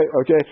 okay